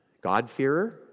God-fearer